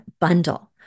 bundle